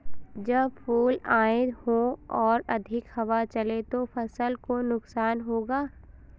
जब फूल आए हों और अधिक हवा चले तो फसल को नुकसान होगा?